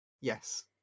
Yes